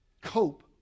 cope